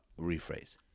rephrase